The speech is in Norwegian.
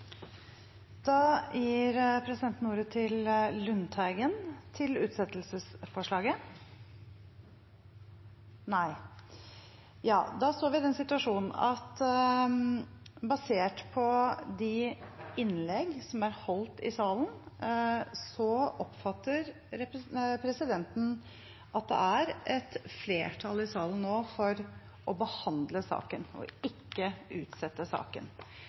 Da står vi i den situasjon at basert på de innleggene som er holdt i salen, oppfatter presidenten at det er et flertall i salen nå for å behandle saken og ikke utsette